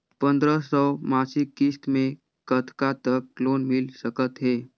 पंद्रह सौ मासिक किस्त मे कतका तक लोन मिल सकत हे?